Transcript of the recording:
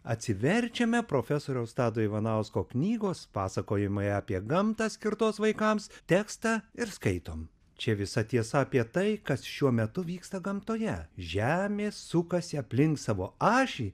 atsiverčiame profesoriaus tado ivanausko knygos pasakojimai apie gamtą skirtos vaikams tekstą ir skaitom čia visa tiesa apie tai kas šiuo metu vyksta gamtoje žemė sukasi aplink savo ašį